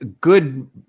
good